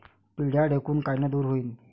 पिढ्या ढेकूण कायनं दूर होईन?